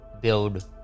build